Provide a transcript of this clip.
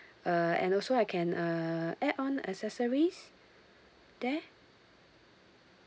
uh and also I can uh add on accessories there